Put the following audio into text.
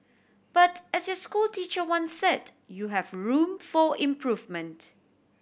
but as your school teacher one said you have room for improvement